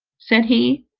said he,